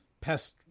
pest